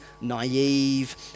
naive